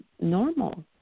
normal